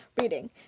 reading